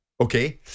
Okay